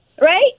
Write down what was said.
Right